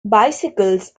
bicycles